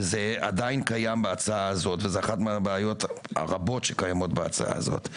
וזה עדיין קיים בהצעה הזאת וזו אחת מהבעיות הרבות שקיימות בהצעה הזאת,